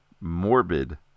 morbid